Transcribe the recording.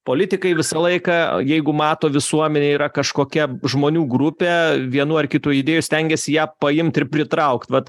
politikai visą laiką jeigu mato visuomenėj yra kažkokia žmonių grupė vienų ar kitų idėjų stengiasi ją paimt ir pritraukt vat